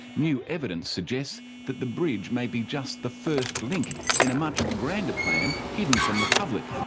new evidence suggests that the bridge may be just the first link in a much grander plan hidden from the public,